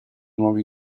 nuovi